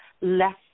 less